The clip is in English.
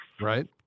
right